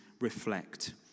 reflect